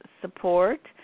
support